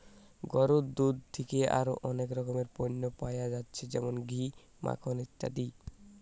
গরুর দুধ থিকে আরো অনেক রকমের পণ্য পায়া যাচ্ছে যেমন ঘি, মাখন ইত্যাদি